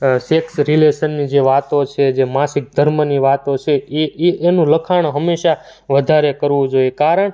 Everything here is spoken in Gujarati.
સેક્સ રિલેશનની જે વાતો છે જે માસિક ધર્મની વાતો છે એ એ એનું લખાણ હંમેશાં વધારે કરવું જોઈ કારણ